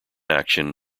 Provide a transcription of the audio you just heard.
action